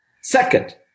Second